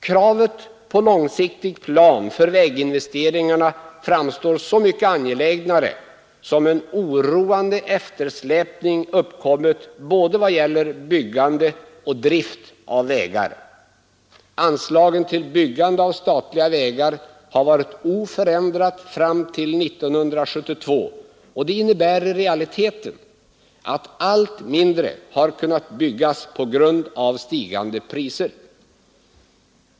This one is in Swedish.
Kravet på långsiktig plan för väginvesteringarna framstår så mycket angelägnare som en oroande eftersläpning uppkommit både vad gäller byggande och drift av vägar. Anslaget till byggande av statliga vägar har varit oförändrat fram till 1972, och det innebär i realiteten att allt mindre har kunnat byggas på grund av stigande priser.